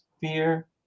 fear